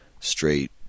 straight